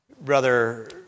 Brother